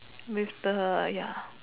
with the ya